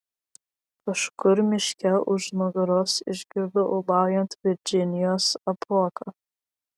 kažkur miške už nugaros išgirdo ūbaujant virdžinijos apuoką